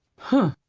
humph!